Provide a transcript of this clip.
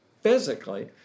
physically